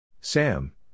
Sam